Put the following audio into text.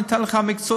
אני אתייחס מקצועית.